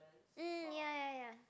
um ya ya ya